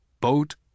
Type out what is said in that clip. boat